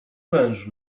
mężu